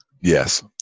Yes